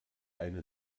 eine